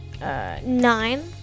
nine